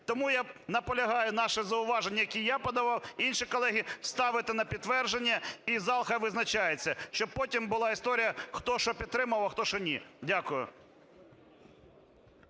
Тому я наполягаю наші зауваження, які я подавав, інші колеги, ставити на підтвердження. І зал хай визначається, щоб потім була історія, хто що підтримував, а хто що ні. Дякую.